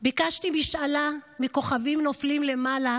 / ביקשתי משאלה / מכוכבים נופלים למעלה,